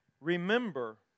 Remember